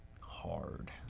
hard